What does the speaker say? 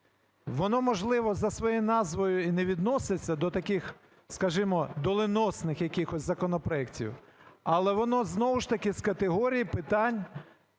воно, можливо, за своєю назвою і не відноситься до таких, скажімо, доленосних якихось законопроектів, але воно, знову ж таки, з категорії питань